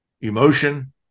emotion